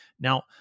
Now